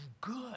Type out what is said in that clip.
good